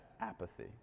apathy